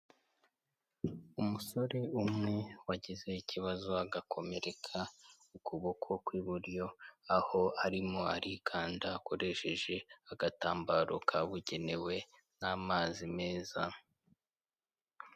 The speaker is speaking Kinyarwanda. Umusore umwe wagize ikibazo agakomereka ukuboko kw'iburyo, aho arimo arikanda akoresheje agatambaro kabugenewe n'amazi meza.